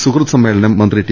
സുഹൃദ് സമ്മേളനം മന്ത്രി ടി